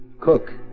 Cook